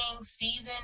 season